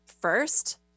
first